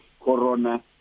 Corona